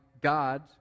God